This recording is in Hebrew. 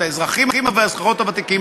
את האזרחים והאזרחיות הוותיקים,